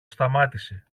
σταμάτησε